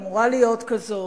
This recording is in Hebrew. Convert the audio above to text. אמורה להיות כזאת.